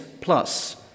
plus